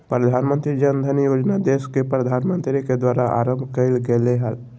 प्रधानमंत्री जन धन योजना देश के प्रधानमंत्री के द्वारा आरंभ कइल गेलय हल